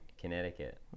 Connecticut